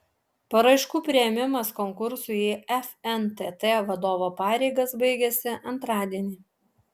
paraiškų priėmimas konkursui į fntt vadovo pareigas baigiasi antradienį